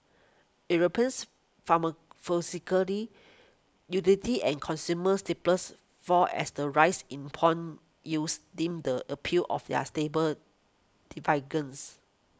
Europeans utilities and consumer staples fall as the rise in pong yields dimmed the appeal of their stable dividends